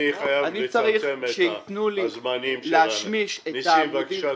אני צריך שיתנו לי להשמיש את העמודים --- איסי תודה.